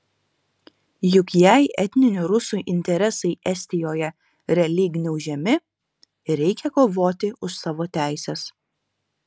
juk jei etninių rusų interesai estijoje realiai gniaužiami reikia kovoti už savo teises